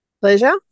Pleasure